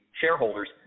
shareholders